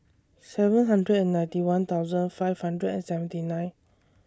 seven hundred and ninety one thousand five hundred and seventy nine